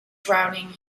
drowning